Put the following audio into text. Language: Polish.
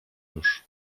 już